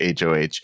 HOH